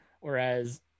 Whereas